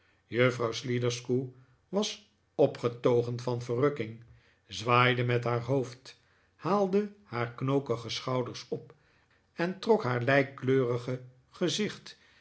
juffrpuw sliderskew was ppgetpgen van verrukking zwaaide met haar hppfd haalde haar knpkige schouders op en trok haar lijkkleurige gezicht